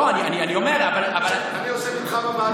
אני יושב איתך בוועדה.